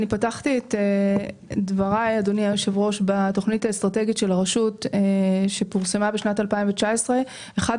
אני פתחתי את דבריי בתכנית האסטרטגית של הרשות שפורסמה בשנת 2019. אחד